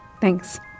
Thanks